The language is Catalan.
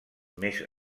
més